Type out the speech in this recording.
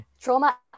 Trauma